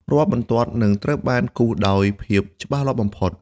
រាល់បន្ទាត់នឹងត្រូវបានគូសដោយភាពច្បាស់លាស់បំផុត។